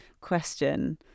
question